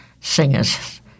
singers